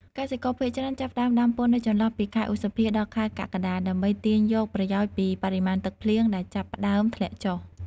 កសិករភាគច្រើនចាប់ផ្ដើមដាំពោតនៅចន្លោះពីខែ ឧសភា ដល់ ខែកក្កដា ដើម្បីទាញយកប្រយោជន៍ពីបរិមាណទឹកភ្លៀងដែលចាប់ផ្ដើមធ្លាក់ចុះ។